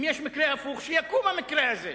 אם יש מקרה הפוך, שיקום המקרה הזה.